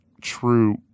true